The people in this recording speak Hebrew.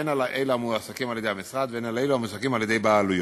הן על אלו המועסקים על-ידי המשרד והן על אלו המועסקים על-ידי בעלויות.